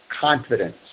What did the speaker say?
confidence